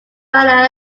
manner